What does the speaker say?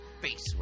face